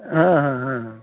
हँ हँ हँ हँ